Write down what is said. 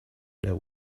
there